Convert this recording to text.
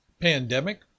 pandemic